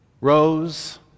rose